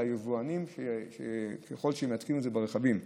ליבואנים שמתקינים את זה ברכבים.